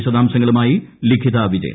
വിശദാംശങ്ങളുമായി ലിഖിത വിജയൻ